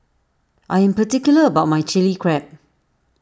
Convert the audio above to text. I am particular about my Chilli Crab